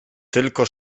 tylko